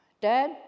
Dad